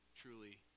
truly